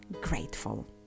grateful